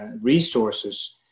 resources